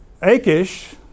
Achish